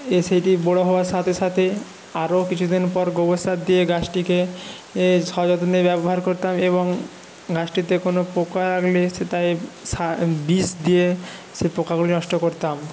এ সেটি বড় হওয়ার সাথে সাথে আরও কিছু দিন পর গোবর সার দিয়ে গাছটিকে এ সযত্নে ব্যবহার করতে হবে এবং গাছটিতে কোনো পোকা লাগলে সে তাই বিষ দিয়ে সে পোকাগুলি নষ্ট করতাম